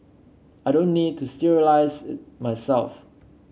I don't need to sterilise it myself